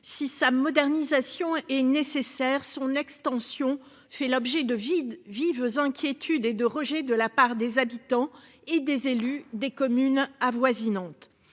si sa modernisation est nécessaire son extension, fait l'objet de vide vive inquiétude et de rejet de la part des habitants et des élus des communes avoisinantes.